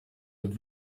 with